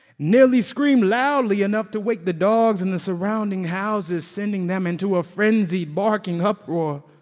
nearly screamed loudly enough to wake the dogs and the surrounding houses, sending them into a frenzy, barking uproar